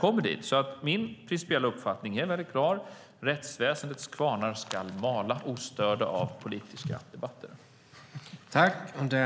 Min principiella uppfattning är klar: Rättsväsendets kvarnar ska mala ostörda av politiska debatter.